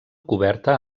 coberta